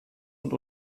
und